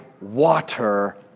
water